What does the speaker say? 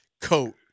coat